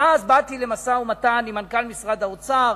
ואז באתי למשא-ומתן עם מנכ"ל משרד האוצר,